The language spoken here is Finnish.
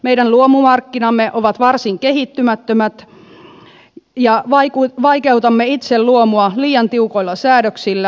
meidän luomumarkkinamme ovat varsin kehittymättömät ja vaikeutamme itse luomua liian tiukoilla säädöksillä